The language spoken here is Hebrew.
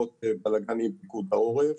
פחות בלגנים בפיקוד העורף,